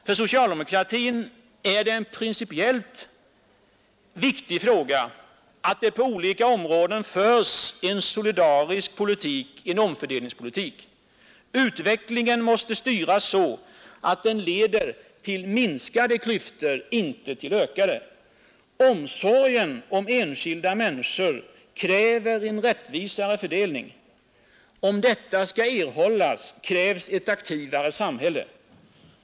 För socialdemokratin är det en principiellt viktig fråga att det på olika områden förs en solidarisk politik — en om fördelningspolitik. Utvecklingen måste styras så att den leder till minskade klyftor, inte till ökade. Omsorgen om enskilda människor kräver en rättvisare fördelning. Om den skall uppnås krävs ett aktivare samhälle.